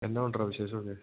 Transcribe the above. എന്നാ ഉണ്ടടാ വിശേഷമൊക്കെ